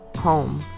home